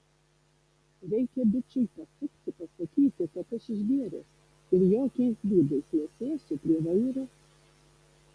reikia bičui pasukti pasakyti kad aš išgėręs ir jokiais būdais nesėsiu prie vairo